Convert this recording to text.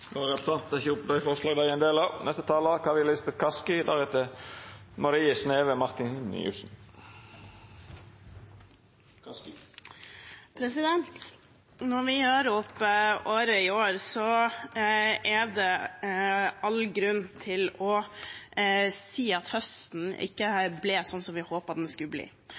Når vi gjør opp året i år, er det all grunn til å si at høsten ikke ble slik vi håpet den skulle bli.